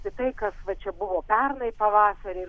tai kas va čia buvo pernai pavasarį